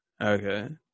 Okay